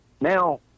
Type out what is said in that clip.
now